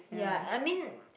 ya I mean